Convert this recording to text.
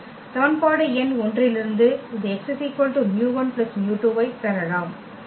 சமன்பாடு எண் 1 இலிருந்து இந்த x μ1 μ2 ஐப் பெறலாம்